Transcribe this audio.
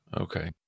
Okay